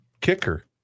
kicker